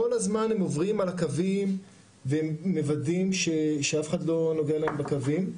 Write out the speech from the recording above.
כל הזמן הם עוברים על הקווים והם מוודאים שאף אחד לא נוגע להם בקווים.